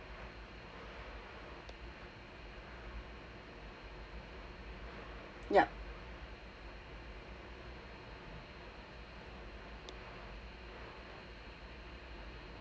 yup